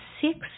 six